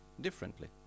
differently